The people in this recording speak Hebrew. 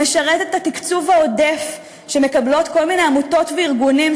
משרת את התקצוב העודף שמקבלים כל מיני עמותות וארגונים,